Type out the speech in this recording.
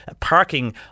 parking